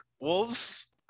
wolves